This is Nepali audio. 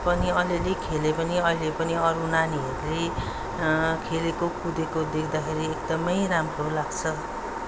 पनि अलिअलि खेल्यो पनि अहिले पनि अरू नानीहरूले पनि खेलेको कुदेको देख्दाखेरि एकदमै राम्रो लाग्छ